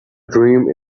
dream